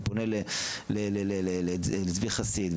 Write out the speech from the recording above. ופונה לצבי חסיד,